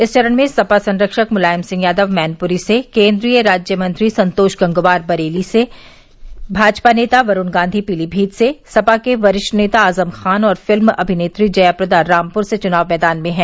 इस चरण में सपा संरक्षक मुलायम सिंह यादव मैनपुरी से केन्द्रीय राज्य मंत्री संतोष गंगवार बरेली से भाजपा नेता वरूण गांधी पीलीमीत से सपा के वरिष्ठ नेता आजम खान और फिल्म अमिनेत्री जया प्रदा रामपुर से चुनाव मैदान में हैं